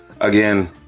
again